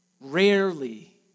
rarely